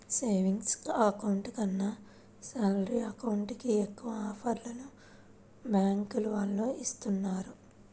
savings account కన్నా salary account కి ఎక్కువ ఆఫర్లను బ్యాంకుల వాళ్ళు ఇస్తున్నారు